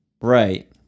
Right